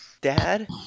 Dad